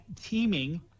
teaming